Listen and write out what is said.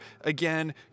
again